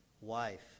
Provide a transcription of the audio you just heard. wife